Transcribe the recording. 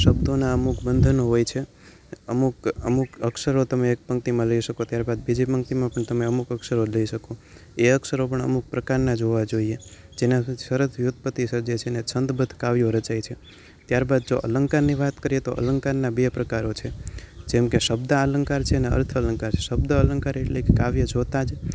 શબ્દોના અમુક બંધનો હોય છે અમુક અમુક અક્ષરો તમે એક પંક્તિમાં લઈ શકો ત્યારબાદ બીજી પંક્તિમાં પણ તમે અમુક અક્ષરો જ લઈ શકો એ અક્ષરો પણ અમુક પ્રકારના જ હોવા જોઈએ જેના ફરજ વ્યુત્પત્તિ જ સર્જે છે ને છંદબદ્ધ કાવ્યો રચાય છે ત્યાર બાદ જો અલંકારની વાત કરીએ તો અલંકારના બે પ્રકારો છે જેમ કે શબ્દાલંકાર છે ને અર્થાલંકાર છે શબ્દ અલંકાર એટલે કે કાવ્ય જોતાં જ